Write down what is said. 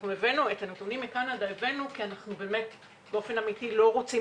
הבאנו את הנתונים מקנדה כי באופן אמיתי אנחנו לא רוצים